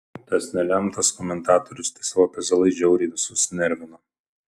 tas nelemtas komentatorius tai savo pezalais žiauriai visus nervino